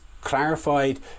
clarified